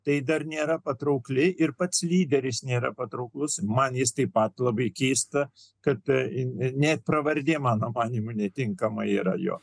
tai dar nėra patraukli ir pats lyderis nėra patrauklus man jis taip pat labai keistas kad net pravardė mano manymu netinkamą yra jo